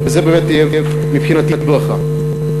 יהיה מבחינתי ברכה.